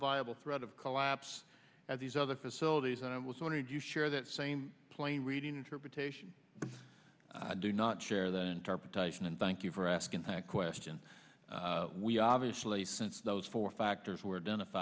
viable threat of collapse at these other facilities and i was wondering do you share that same plain reading interpretation i do not share than car production and thank you for asking that question we obviously since those four factors were done if